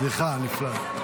סליחה, נפלט.